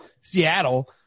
Seattle